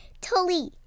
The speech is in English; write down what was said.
Tully